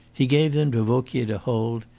he gave them to vauquier to hold,